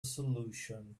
solution